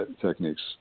techniques